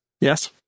Yes